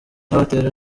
babatera